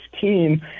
team